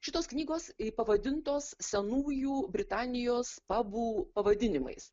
šitos knygos pavadintos senųjų britanijos pabų pavadinimais